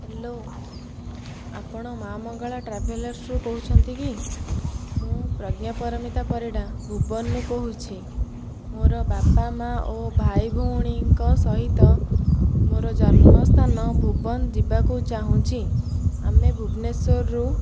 hello ଆପଣ ମା' ମଙ୍ଗଳା ଟ୍ରାଭେଲର୍ସରୁ କହୁଛନ୍ତି କି ମୁଁ ପ୍ରଜ୍ଞା ପରମିତା ପରିଡ଼ା ଭୁବନରୁ କହୁଛି ମୋର ବାପା ମା' ଓ ଭାଇ ଭଉଣୀଙ୍କ ସହିତ ମୋର ଜନ୍ମସ୍ଥାନ ଭୁବନ ଯିବାକୁ ଚାହୁଁଛି ଆମେ ଭୁବନେଶ୍ୱରରୁ